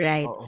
Right